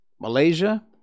Malaysia